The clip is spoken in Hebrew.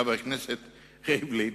חבר הכנסת ריבלין,